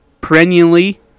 perennially